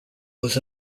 was